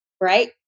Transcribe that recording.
Right